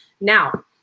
Now